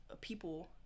people